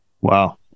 Wow